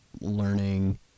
learning